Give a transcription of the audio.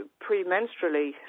pre-menstrually